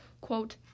quote